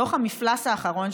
בדוח המפלס האחרון,